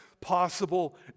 possible